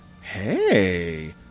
hey